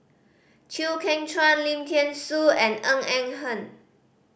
Chew Kheng Chuan Lim Thean Soo and Ng Eng Hen